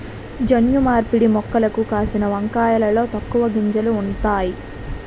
జన్యు మార్పిడి మొక్కలకు కాసిన వంకాయలలో తక్కువ గింజలు ఉంతాయి